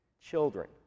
children